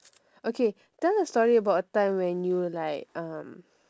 okay tell a story about a time when you like um